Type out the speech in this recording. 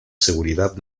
seguridad